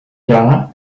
jahr